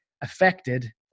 affected